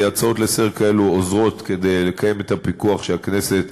הצעות כאלה לסדר-היום עוזרות לקיים את הפיקוח שהכנסת,